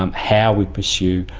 um how we pursue,